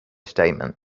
statement